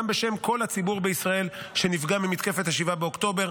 גם בשם כל הציבור בישראל שנפגע ממתקפת 7 באוקטובר.